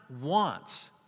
wants